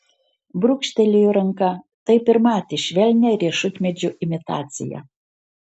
brūkštelėjo ranka taip ir matė švelnią riešutmedžio imitaciją